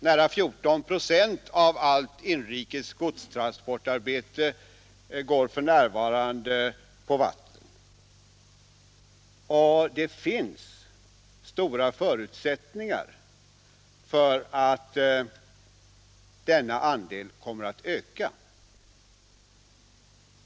Nära 14 procent av alla inrikes godstransporter går för närvarande på vatten, och det finns stora förutsättningar för att denna andel kommer att öka.